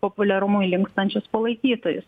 populiarumui linkstančius palaikytojus